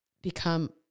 become